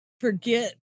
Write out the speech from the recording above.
forget